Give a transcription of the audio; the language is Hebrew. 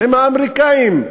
עם האמריקנים,